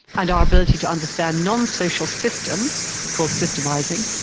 and our ability to understand non-social systems, he calls systemising.